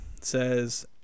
says